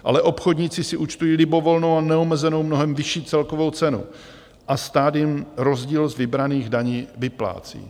Ale obchodníci si účtují libovolnou a neomezenou, mnohem vyšší celkovou cenu a stát jim rozdíl z vybraných daní vyplácí.